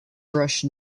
brush